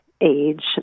age